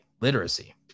literacy